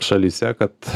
šalyse kad